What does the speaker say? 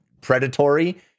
predatory